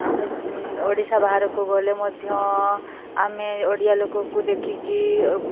ଆମେ ଓଡ଼ିଶା ବାହାରକୁ ଗଲେ ମଧ୍ୟ ଆମେ ଓଡ଼ିଆ ଲୋକକୁ ଦେଖିକି